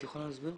את יכולה להסביר?